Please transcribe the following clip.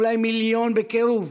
אולי מיליון בקירוב,